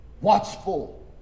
Watchful